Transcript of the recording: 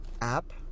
app